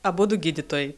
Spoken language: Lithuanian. abudu gydytojai